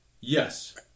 Yes